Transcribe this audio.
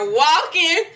walking